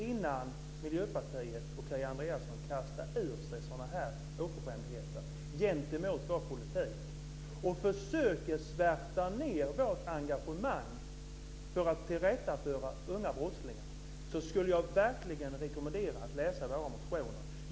Innan Miljöpartiet och Kia Andreasson kastar ur sig sådana här oförskämdheter gentemot vår politik och försöker svärta ned vårt engagemang när det gäller att tillrättavisa unga brottslingar skulle jag verkligen rekommendera att ni läser våra motioner.